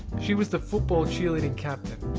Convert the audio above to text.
she was the football cheerleading captain.